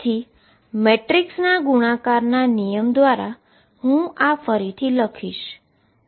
તેથી મેટ્રિક્સના ગુણાકારના નિયમ દ્વારા હું આ ફરીથી લખીશ